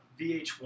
VH1